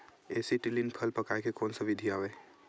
Acetylene फल पकाय के कोन सा विधि आवे?